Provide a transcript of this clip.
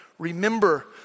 Remember